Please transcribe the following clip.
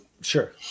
Sure